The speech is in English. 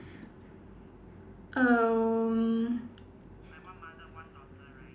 um